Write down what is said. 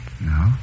No